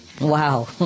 Wow